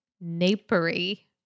napery